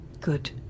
Good